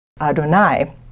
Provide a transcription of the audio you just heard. Adonai